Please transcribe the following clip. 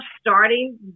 starting